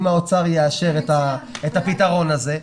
אם האוצר יאשר את הפתרון הזה.